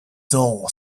dull